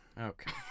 Okay